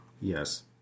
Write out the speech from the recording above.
Yes